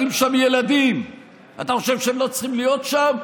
גם אם יש שם ילדים שאתה חושב שהם לא צריכים להיות שם,